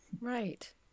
Right